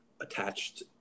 attached